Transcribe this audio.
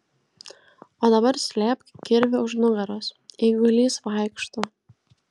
o dabar slėpk kirvį už nugaros eigulys vaikšto